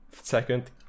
second